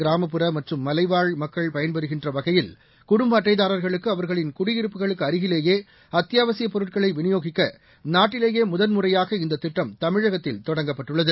கிராமப்புற மற்றும் மலைவாழ் மக்கள் பயன்பெறுகின்ற வகையில் கடும்ப அட்டைதாரர்களுக்கு அவர்களின் குடியிருப்புகளுக்கு அருகிலேயே அத்தியாவசிய பொருட்களை விநியோகிக்க நாட்டிலேயே முதல் முதலாக இந்த திட்டம் தமிழகத்தில் தொடங்கப்பட்டுள்ளது